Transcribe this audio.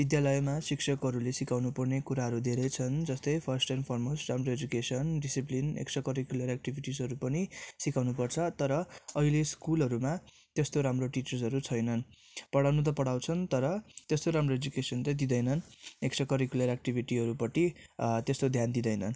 विद्यालयमा शिक्षकहरूले सिकाउनु पर्ने कुराहरू धेरै छन् जस्तै फर्स्ट एन्ड फरमोस्ट राम्रो एजुकेसन डिसिप्लिन एक्स्ट्रा करिकुलर एक्टिभिटिजहरू पनि सिकाउनुपर्छ तर अहिले स्कुलहरूमा त्यस्तो राम्रो टिचर्सहरू छैनन् पढाउनु त पढाउँछन् तर त्यस्तो राम्रो एजुकेसन चाहिँ दिँदैनन् एक्स्ट्रा करिकुलर एक्टिभिटीहरूपट्टि त्यस्तो ध्यान दिँदैनन्